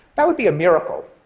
that would be a miracle,